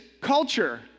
culture